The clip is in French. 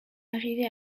arrivée